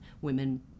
women